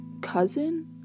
cousin